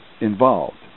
involved